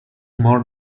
more